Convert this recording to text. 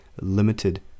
limited